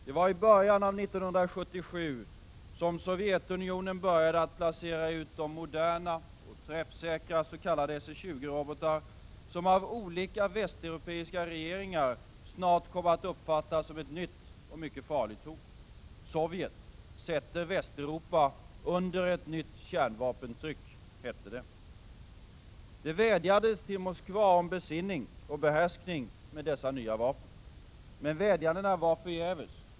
Det var i början av 1977 som Sovjetunionen började placera ut de moderna och träffsäkra s.k. SS 20-robotar som av olika västeuropeiska regeringar snart kom att uppfattas som ett nytt och mycket farligt hot. Sovjet sätter Västeuropa under ett nytt kärnvapentryck, hette det. Det vädjades till Moskva om besinning och behärskning med dessa nya vapen. Men vädjandena var förgäves.